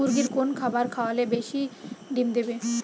মুরগির কোন খাবার খাওয়ালে বেশি ডিম দেবে?